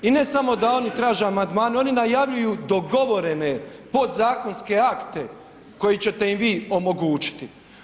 I ne samo da oni traže amandmane oni najavljuju dogovorene podzakonske akte koje ćete im vi omogućiti.